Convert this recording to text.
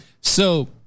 so-